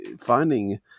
finding